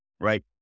right